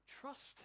trust